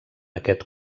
aquest